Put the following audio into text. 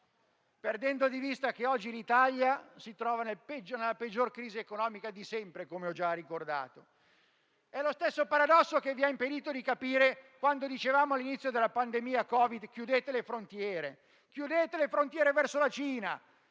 perdendo di vista che oggi l'Italia si trova nella peggiore crisi economica di sempre, come ho già ricordato. È lo stesso paradosso che vi ha impedito di capire quando, all'inizio della pandemia Covid, dicevamo di chiudere le frontiere. Vi dicevamo di chiudere le frontiere verso la Cina